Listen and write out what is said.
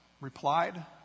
replied